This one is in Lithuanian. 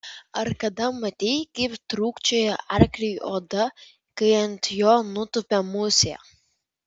ar kada matei kaip trūkčioja arkliui oda kai ant jo nutupia musė